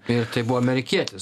ir tai buvo amerikietis